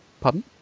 Pardon